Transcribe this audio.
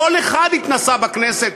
כל אחד התנסה בכנסת,